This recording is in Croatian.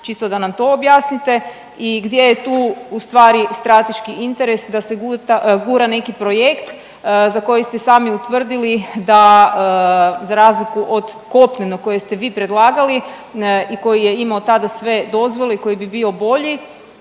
čisto da nam to objasnite i gdje je tu ustvari strateški interes da se gura neki projekt za koji ste sami utvrdili da za razliku od kopnenog kojeg ste vi predlagali i koji je imao tada sve dozvole i koji bi bio bolji,